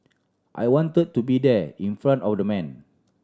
I wanted to be there in front of the man